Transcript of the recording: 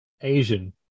Asian